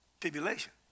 Tribulation